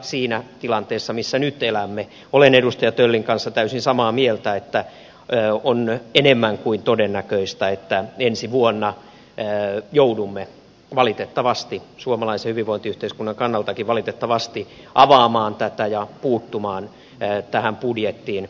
siinä tilanteessa missä nyt elämme olen edustaja töllin kanssa täysin samaa mieltä että on enemmän kuin todennäköistä että ensi vuonna joudumme valitettavasti suomalaisen hyvinvointiyhteiskunnan kannaltakin valitettavasti avaamaan tätä ja puuttumaan tähän budjettiin